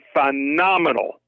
phenomenal